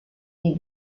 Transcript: les